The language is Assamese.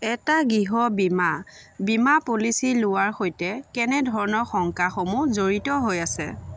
এটা গৃহ বীমা বীমা পলিচী লোৱাৰ সৈতে কেনে ধৰণৰ শংকাসমূহ জড়িত হৈ আছে